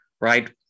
right